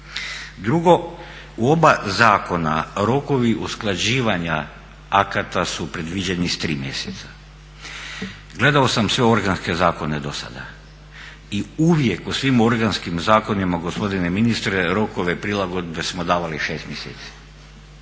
Drugo, oba zakona rokovi usklađivanja akata su predviđeni s 3 mjeseca. Gledao sam sve organske zakone do sada i uvijek u svim organskim zakonima gospodine ministre rokove prilagodbe smo davali 6 mjeseci.